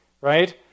right